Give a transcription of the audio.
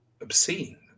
obscene